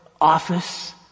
office